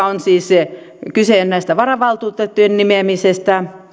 on siis kyse näiden varavaltuutettujen nimeämisestä